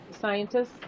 scientists